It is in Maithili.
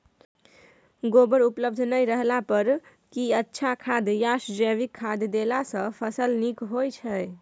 गोबर उपलब्ध नय रहला पर की अच्छा खाद याषजैविक खाद देला सॅ फस ल नीक होय छै?